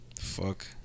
Fuck